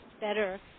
better